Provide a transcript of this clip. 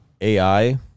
AI